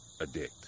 addict